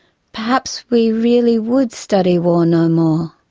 perhaps we really would study war no more.